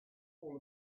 all